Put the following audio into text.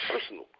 personal